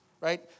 right